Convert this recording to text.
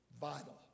Vital